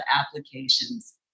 applications